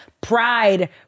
pride